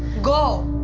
go!